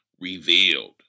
revealed